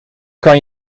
kan